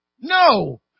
No